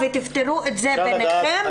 ותפתרו את זה ביניכם,